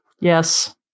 Yes